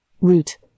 Root